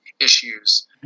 issues